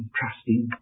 trusting